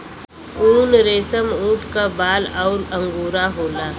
उनरेसमऊट क बाल अउर अंगोरा होला